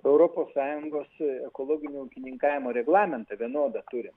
europos sąjungos ekologinio ūkininkavimo reglamentą vienodą turim